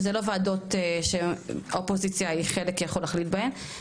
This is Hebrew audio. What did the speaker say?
שזה לא ועדות שהאופוזיציה היא חלק ויכול להחליט בהם,